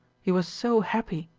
he was so happy.